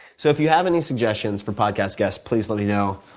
so if you have any suggestions for podcast guests, please let me know.